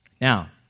Now